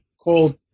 called